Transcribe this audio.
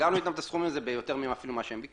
סגרנו איתם את הסכום הזה ביותר אפילו ממה שביקשו